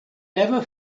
never